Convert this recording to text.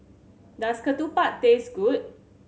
does ketupat taste good